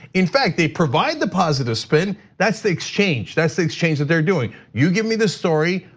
in fact, they provide the positive spin. that's the exchange, that's the exchange that they're doing. you give me this story,